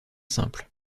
simple